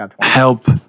help